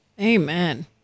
Amen